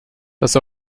das